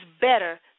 better